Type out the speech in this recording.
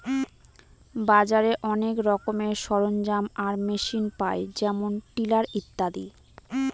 বাজারে অনেক রকমের সরঞ্জাম আর মেশিন পায় যেমন টিলার ইত্যাদি